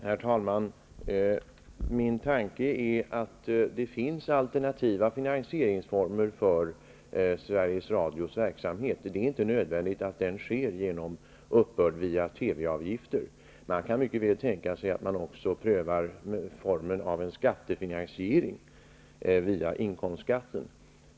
Herr talman! Min tanke är att det finns alternativa finansieringsformer för Sveriges Radios verksamhet. Det är inte nödvändigt att finansieringen sker via uppbörd av TV-avgifter. Man kan mycket väl tänka sig en skattefinansiering via inkomstskatten.